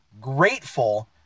grateful